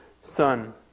Son